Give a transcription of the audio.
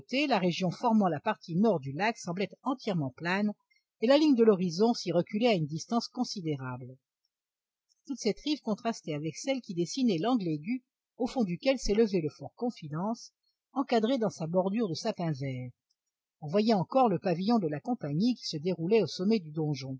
la région formant la partie nord du lac semblait être entièrement plane et la ligne de l'horizon s'y reculait à une distance considérable toute cette rive contrastait avec celle qui dessinait l'angle aigu au fond duquel s'élevait le fort confidence encadré dans sa bordure de sapins verts on voyait encore le pavillon de la compagnie qui se déroulait au sommet du donjon